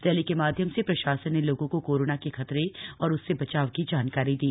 rally के माध्यम से प्रशासन ने लोगों को कोरोना के खतरे और उससे बचाव की जानकारी दी